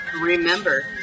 remember